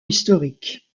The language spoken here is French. historique